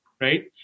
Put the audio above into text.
right